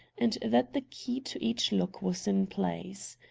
and that the key to each lock was in place.